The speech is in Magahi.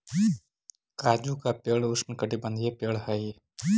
काजू का पेड़ उष्णकटिबंधीय पेड़ हई